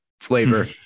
flavor